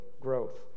growth